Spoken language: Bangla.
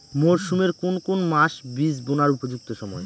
মরসুমের কোন কোন মাস বীজ বোনার উপযুক্ত সময়?